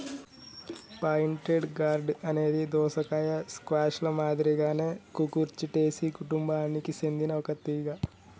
pointed gourd అనేది దోసకాయ, squash ల మాదిరిగానే కుకుర్చిటేసి కుటుంబానికి సెందిన ఒక తీగ